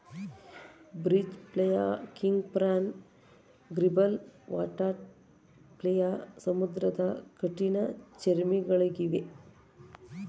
beach flea, king prawn, gribble, water flea ಸಮುದ್ರದ ಕಠಿಣ ಚರ್ಮಿಗಳಗಿವೆ